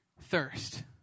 thirst